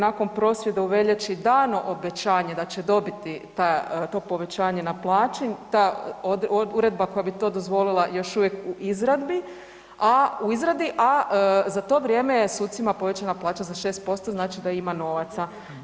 Nakon prosvjeda u veljači dano obećanje da će dobiti to povećanje na plaći, ta uredba koja bi to dozvolila još uvijek u izradi, a za to vrijeme je sucima povećana plaća za 6% znači da ima novaca.